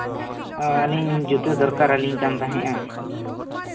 ᱚ ᱟᱹᱞᱤᱧ ᱡᱩᱛᱟᱹᱫᱚᱨᱠᱟᱨ ᱟᱹᱞᱤᱧ ᱠᱟᱱ ᱛᱟᱦᱮᱱᱟ